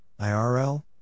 IRL